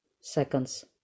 seconds